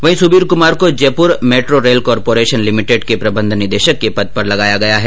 वहीं सुबीर कुमार को Jaipur metro rail corporation limited के प्रबंध निदेशक के पद पर लगाया गया है